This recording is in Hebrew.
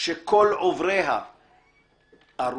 שכל עובריה ארוה.